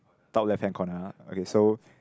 top left hand corner ah okay so